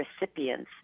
recipients